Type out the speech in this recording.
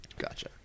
Gotcha